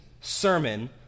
sermon